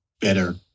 better